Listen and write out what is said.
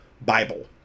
bible